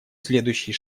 следующие